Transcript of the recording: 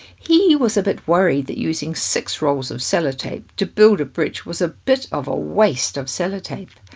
he was a bit worried that using six rolls of cellotape to build a bridge was a bit of a waste of cellotape.